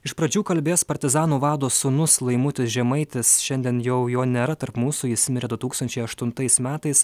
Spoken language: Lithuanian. iš pradžių kalbės partizanų vado sūnus laimutis žemaitis šiandien jau jo nėra tarp mūsų jis mirė du tūkstančiai aštuntais metais